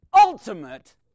ultimate